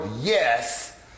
Yes